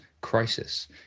crisis